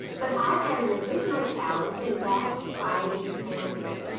but i've had an additional challenge and that's fighting cancer.